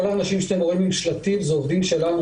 כל האנשים שאתם רואים עם שלטים, אלה עובדים שלנו.